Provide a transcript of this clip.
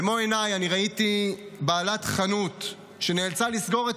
במו עיניי ראיתי בעלת חנות שנאלצה לסגור את